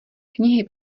knihy